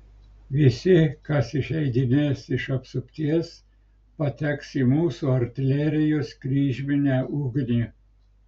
visi kas išeidinės iš apsupties pateks į mūsų artilerijos kryžminę ugnį